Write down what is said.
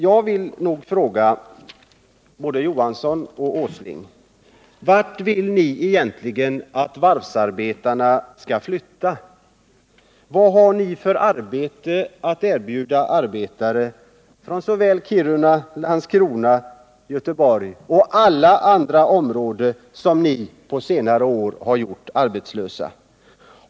Jag vill då fråga både Olof Johansson och Nils Åsling: Vart vill ni egentligen att varvsarbetarna skall flytta? Vad har ni för arbeten att erbjuda arbetare från såväl Kiruna som Landskrona, Göteborg och alla andra områden som ni på senare år har gjort arbetslösa?